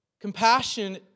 Compassion